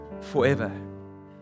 forever